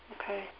Okay